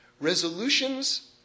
Resolutions